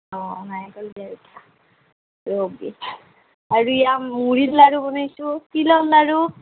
অ নাৰিকল দিয়া পিঠা ৰ'বি আৰু এইয়া মুৰিৰ লাৰু বনাইছোঁ তিলৰ লাৰু